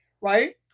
right